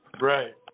Right